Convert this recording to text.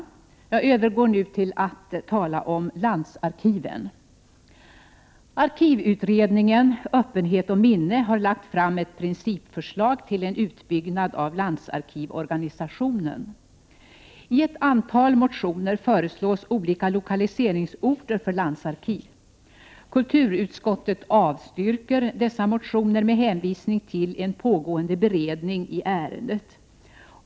Jag övergår nu till att tala om landsarkiven. I arkivutredningen Öppenhet och minne har ett principförslag till en utbyggnad av landsarkivorganisationen lagts fram. I ett antal motioner föreslås olika lokaliseringsorter för landsarkiv. Kulturutskottet avstyrker dessa motioner med hänvisning till en pågående beredning i ärendet.